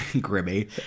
Grimmy